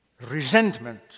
resentment